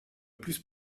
plus